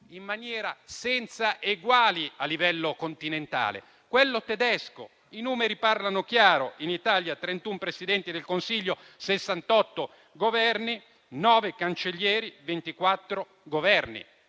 in maniera senza eguali a livello continentale, quello tedesco. I numeri parlano chiaro: in Italia, 31 Presidenti del Consiglio, 68 Governi, 9 cancellieri, 24 Governi.